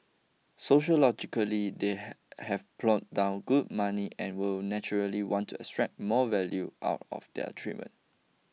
sociologically they have plonked down good money and would naturally want to extract more value out of their treatment